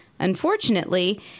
Unfortunately